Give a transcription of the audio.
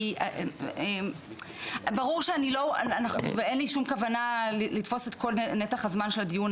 כי ברור שאין לי שום כוונה לתפוס את כל נתח הזמן של הדיון,